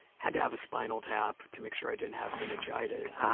had to have a spinal tap to make sure i didn't have meningitis. ah